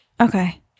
okay